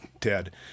Ted